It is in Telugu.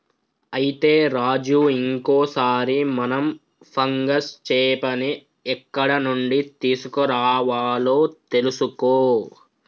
అయితే రాజు ఇంకో సారి మనం ఫంగస్ చేపని ఎక్కడ నుండి తీసుకురావాలో తెలుసుకో